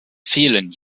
fehlen